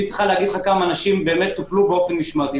היא צריכה להגיד לך כמה אנשים באמת טופלו באופן משמעתי.